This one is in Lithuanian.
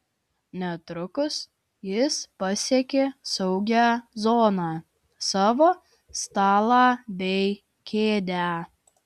netrukus jis pasiekė saugią zoną savo stalą bei kėdę